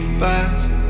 fast